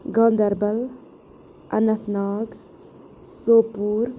Ganderbal Anantnag Sopore